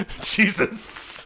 Jesus